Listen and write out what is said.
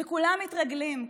וכולם מתרגלים.